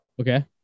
okay